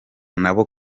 nabo